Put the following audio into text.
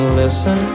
listen